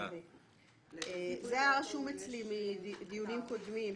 זה היה רשום אצלי מדיונים קודמים.